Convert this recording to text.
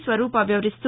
స్వరూపా వివరిస్తూ